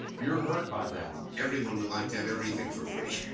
you're hurt by that. everyone would like to have everything for free.